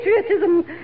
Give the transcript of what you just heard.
patriotism